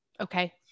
Okay